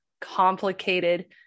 complicated